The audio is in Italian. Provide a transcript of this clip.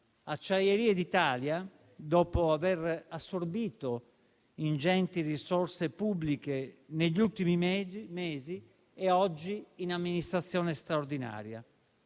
Acciaierie d'Italia, dopo aver assorbito ingenti risorse pubbliche negli ultimi mesi, è oggi in amministrazione straordinaria.